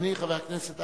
4330,